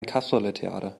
kasperletheater